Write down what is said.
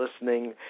listening